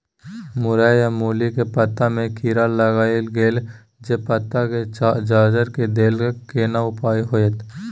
मूरई आ मूली के पत्ता में कीरा लाईग गेल जे पत्ता के जर्जर के देलक केना उपाय होतय?